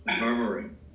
Murmuring